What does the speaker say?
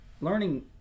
learning